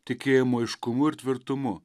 tikėjimo aiškumu ir tvirtumu